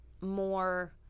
more –